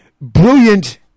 brilliant